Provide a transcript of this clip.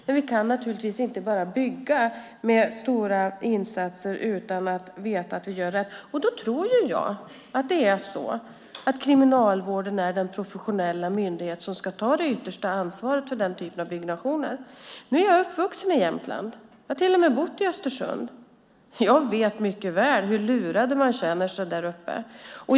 Men vi kan inte bara bygga med stora insatser utan att veta att vi gör rätt. Kriminalvården är den professionella myndighet som ska ta det yttersta ansvaret för den typen av byggnationer. Nu är jag uppvuxen i Jämtland. Jag har till och med bott i Östersund. Jag vet mycket väl hur lurade de känner sig däruppe.